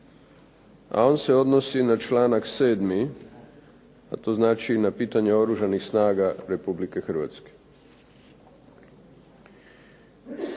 a on se odnosi na članak 7. a to znači na pitanje Oružanih snaga Republike Hrvatske.